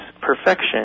perfection